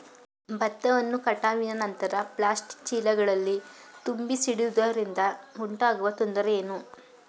ಭತ್ತವನ್ನು ಕಟಾವಿನ ನಂತರ ಪ್ಲಾಸ್ಟಿಕ್ ಚೀಲಗಳಲ್ಲಿ ತುಂಬಿಸಿಡುವುದರಿಂದ ಉಂಟಾಗುವ ತೊಂದರೆ ಏನು?